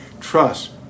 trust